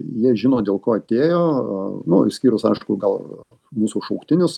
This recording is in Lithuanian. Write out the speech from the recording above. jie žino dėl ko atėjo nu išskyrus aišku gal mūsų šauktinius